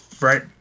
right